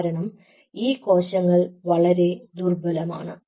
കാരണം ഈ കോശങ്ങൾ വളരെ ദുർബലമാണ്